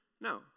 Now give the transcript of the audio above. No